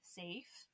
safe